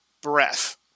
breath